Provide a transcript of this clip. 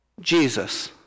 Jesus